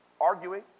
arguing